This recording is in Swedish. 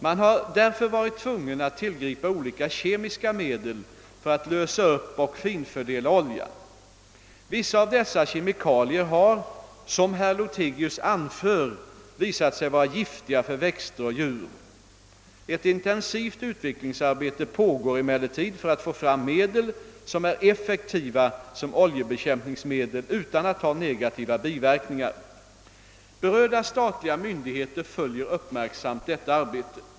Man har därför varit tvungen att tillgripa olika kemiska medel för att lösa upp och finfördela oljan. Vissa av dessa kemikalier har, som herr Lothigius anför, visat sig vara giftiga för växter och djur. Ett intensivt utvecklingsarbete pågår emellertid för att få fram medel som är effektiva som oljebekämpningsmedel utan att ha negativa biverkningar. Berörda statliga myndigheter följer uppmärksamt detta arbete.